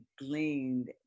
gleaned